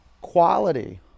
quality